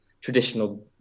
traditional